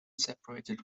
separated